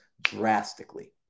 drastically